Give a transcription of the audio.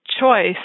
Choice